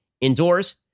indoors